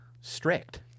strict